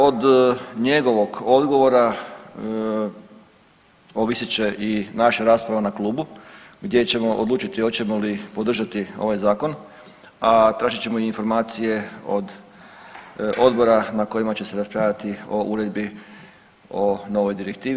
Od njegovog odgovora ovisit će i naša rasprava na klubu gdje ćemo odlučiti hoćemo li podržati ovaj zakon, a tražit ćemo i informacije od odbora na kojima će se raspravljati o uredbi o novoj direktivi.